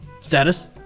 status